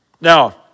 Now